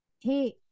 hey